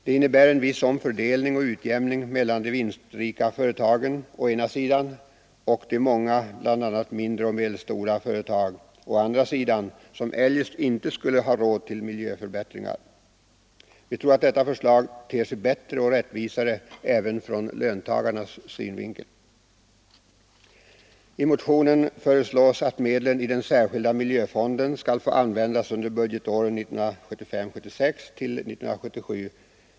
Det innebär en viss omfördelning och utjämning mellan de vinstgivande företagen å ena sidan och de många, bl.a. mindre och medelstora företag å andra sidan, som eljest inte skulle ha råd med miljöförbättringar. Vi tror att detta förslag ter sig bättre och rättvisare även ur löntagarnas synvinkel. I motionen föreslås att medlen i den särskilda miljöfonden skall få användas under budgetåren 1975 79.